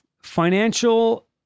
Financial